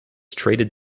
traded